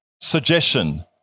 Suggestion